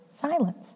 silence